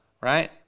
right